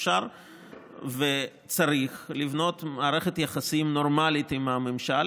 אפשר וצריך לבנות מערכת יחסים נורמלית עם הממשל,